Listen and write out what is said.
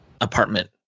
Apartment